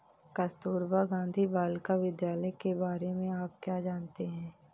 कस्तूरबा गांधी बालिका विद्यालय के बारे में आप क्या जानते हैं?